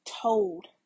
told